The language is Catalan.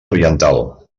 oriental